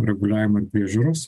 reguliavimui priežiūros